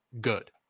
Good